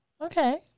Okay